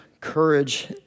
courage